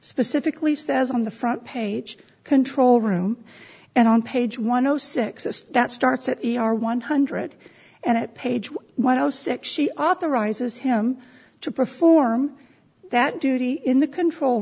specifically says on the front page control room and on page one o six s that starts at a r one hundred and at page one when i was sick she authorizes him to perform that duty in the control